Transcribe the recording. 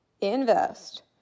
invest